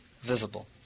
visible